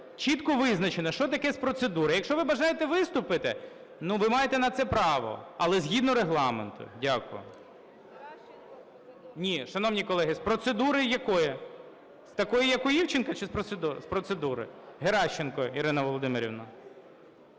чітко визначено, що таке з процедури. Якщо ви бажаєте виступити, ви маєте на це право, але згідно Регламенту. Дякую. Ні, шановні колеги, з процедури якої? З такої, як у Івченка, чи з процедури? Геращенко Ірина Володимирівна.